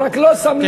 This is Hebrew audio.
הוא רק לא שם לב,